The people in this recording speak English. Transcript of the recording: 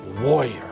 warrior